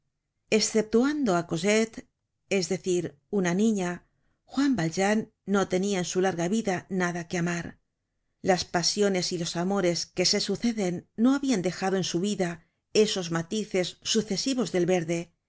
á cosette es decir una niña juan valjean no tenia en su larga vida nada que amar las pasiones y los amores que se suceden no habian dejado en su vida esos matices sucesivos del verde